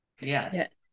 Yes